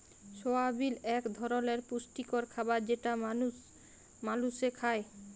সয়াবিল এক ধরলের পুষ্টিকর খাবার যেটা মালুস খায়